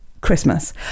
Christmas